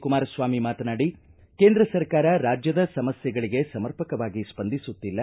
ಕುಮಾರಸ್ವಾಮಿ ಮಾತನಾಡಿ ಕೇಂದ್ರ ಸರ್ಕಾರ ರಾಜ್ಯದ ಸಮಸ್ಯೆಗಳಿಗೆ ಸಮರ್ಪಕವಾಗಿ ಸ್ಪಂದಿಸುತ್ತಿಲ್ಲ